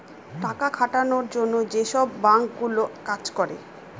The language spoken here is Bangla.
টাকা খাটানোর জন্য যেসব বাঙ্ক গুলো কাজ করে